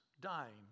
dying